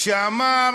אמר